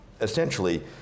essentially